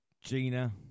Gina